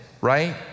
right